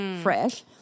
fresh